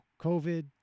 COVID